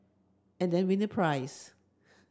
and then win a prize